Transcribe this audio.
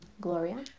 gloria